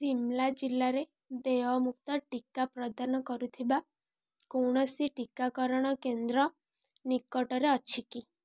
ଶିମ୍ଲା ଜିଲ୍ଲାରେ ଦେୟମୁକ୍ତ ଟିକା ପ୍ରଦାନ କରୁଥିବା କୌଣସି ଟିକାକରଣ କେନ୍ଦ୍ର ନିକଟରେ ଅଛି କି